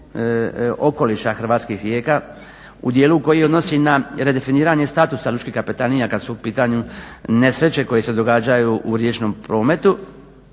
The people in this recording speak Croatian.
okoliša hrvatskih rijeka, u dijelu koji se odnosi na redefiniranje statusa lučke kapetanije kad su u pitanju nesreće koje se događaju u riječnom prometu.